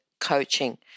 coaching